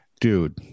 Dude